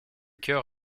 chœur